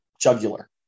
jugular